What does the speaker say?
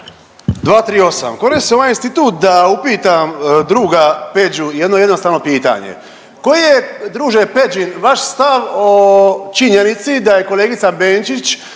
238., koristim ovaj institut da upitam druga Peđu jedno jednostavno pitanje, koji je druže Peđin vaš stav o činjenici da je kolegica Benčić